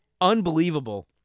unbelievable